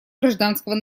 гражданского